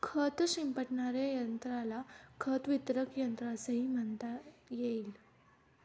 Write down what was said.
खत शिंपडणाऱ्या यंत्राला खत वितरक यंत्र असेही म्हणता येईल